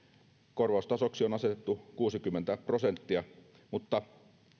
korvaustasoksi on asetettu kuusikymmentä prosenttia mutta